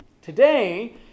Today